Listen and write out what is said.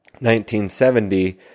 1970